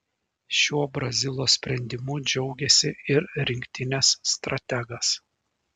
šiuo brazilo sprendimu džiaugėsi ir rinktinės strategas